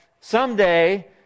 someday